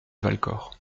valcor